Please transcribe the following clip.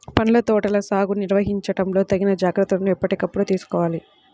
పండ్ల తోటల సాగుని నిర్వహించడంలో తగిన జాగ్రత్తలను ఎప్పటికప్పుడు తీసుకోవాలి